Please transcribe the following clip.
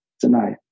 tonight